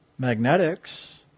magnetics